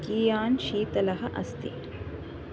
कियान् शीतलः अस्ति